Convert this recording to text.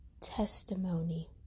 testimony